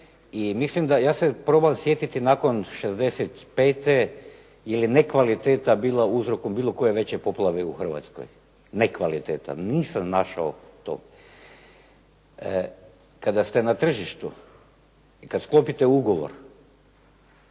ja se probavam sjetiti nakon '65. je li nekvaliteta bila uzrokom bilo koje veće poplave u Hrvatskoj. Nekvaliteta. Nisam našao to. Kada ste na tržištu i kad sklopite ugovor,